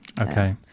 okay